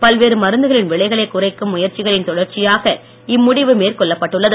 பல்வேறு மருந்துகளின் விலைகளை குறைக்கு முயற்சிகளின் தொடர்ச்சியாக இம்முடிவு மேற்கொள்ளப் பட்டுள்ளது